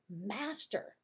master